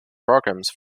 programmes